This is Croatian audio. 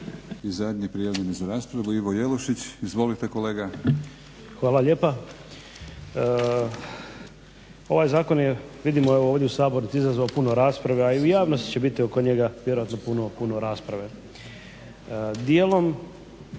I zadnji prijavljeni za raspravu Ivo Jelušić. Izvolite kolega. **Jelušić, Ivo (SDP)** Hvala lijepa. Ovaj zakon je vidimo evo ovdje u sabornici izazvao puno rasprave, a i u javnosti će biti oko njega vjerojatno puno rasprave.